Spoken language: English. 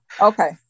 Okay